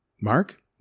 Mark